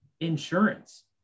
insurance